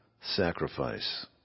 sacrifice